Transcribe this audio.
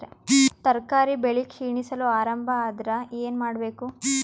ತರಕಾರಿ ಬೆಳಿ ಕ್ಷೀಣಿಸಲು ಆರಂಭ ಆದ್ರ ಏನ ಮಾಡಬೇಕು?